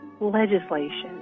legislation